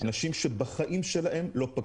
אנשים שבחיים שלהם לא פגשו לקוח.